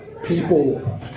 people